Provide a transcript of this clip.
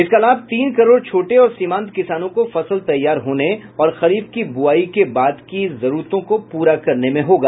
इसका लाभ तीन करोड छोटे और सीमांत किसानों को फसल तैयार होने और खरीफ की बुवाई के बाद की जरूरतों को पूरा करने में होगा